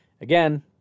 Again